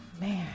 man